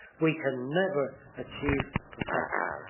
we can never achieve perfection.